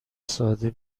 ساده